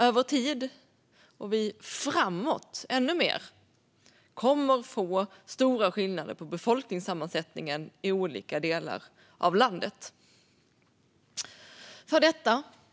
Över tid har vi fått stora skillnader i befolkningssammansättningen i olika delar av landet, och framöver kommer skillnaderna att öka.